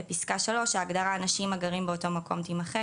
בפסקה (3) ההגדרה "אנשים הגרים באותו מקום" תימחק,